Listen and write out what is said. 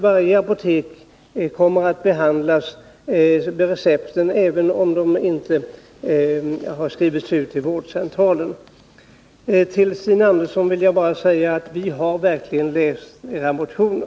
Varje apotek behandlar receptet, även om det inte har skrivits ut vid vårdcentralen. Till Stina Andersson vill jag bara säga att vi verkligen har läst era motioner.